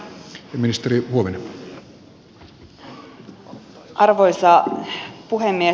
arvoisa puhemies